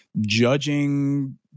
judging